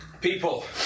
people